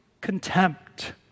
contempt